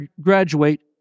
graduate